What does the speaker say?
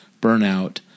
burnout